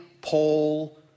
Paul